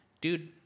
Dude